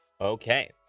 Okay